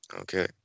Okay